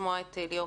בצלאל